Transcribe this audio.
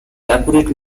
accurate